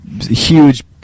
huge